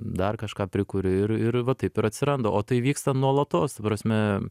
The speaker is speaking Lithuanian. dar kažką prikuri ir ir va taip ir atsiranda o tai vyksta nuolatos ta prasme